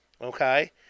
okay